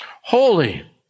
Holy